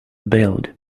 build